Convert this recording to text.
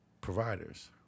providers